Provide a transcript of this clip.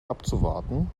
abzuwarten